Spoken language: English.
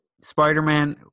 spider-man